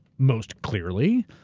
most clearly,